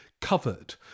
covered